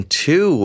two